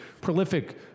prolific